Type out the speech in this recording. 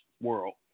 world